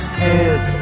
head